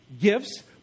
gifts